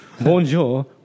Bonjour